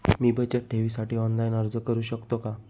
मी बचत ठेवीसाठी ऑनलाइन अर्ज करू शकतो का?